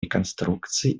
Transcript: реконструкции